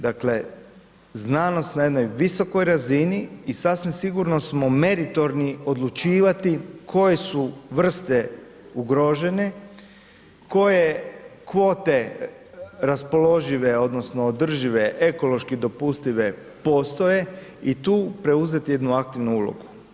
Dakle, znanost na jednoj visokoj razini i sasvim sigurno smo meritorni odlučivati koje su vrste ugrožene, koje kvote raspoložive odnosno održive ekološki dopustive postoje i tu preuzeti jednu aktivnu ulogu.